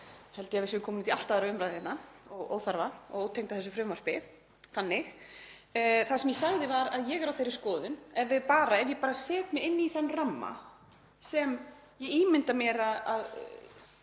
held ég að við séum komin út í allt aðra umræðu hérna, óþarfa og ótengda þessu frumvarpi. Það sem ég sagði var að ég er á þeirri skoðun, ef ég set mig bara inn í þann ramma sem ég ímynda mér að